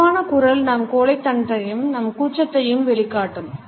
மெதுவான குரல் நம் கோழைத்தனத்தையும் நம் கூச்சத்தையும் வெளிக்காட்டும்